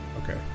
Okay